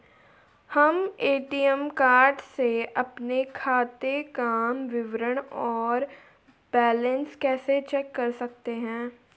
हम ATM card से अपने खाते काम विवरण और बैलेंस कैसे चेक कर सकते हैं?